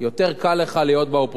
יותר קל לך להיות באופוזיציה.